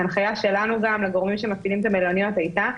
ההנחיה גם שלנו לגורמים שמפעילים את המלוניות הייתה,